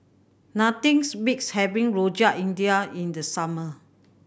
nothing's beats having Rojak India in the summer